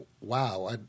wow